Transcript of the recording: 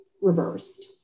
reversed